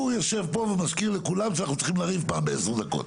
הוא יושב פה ומזכיר לכולם שאנחנו צריכים לריב פעם בעשר דקות.